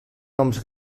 noms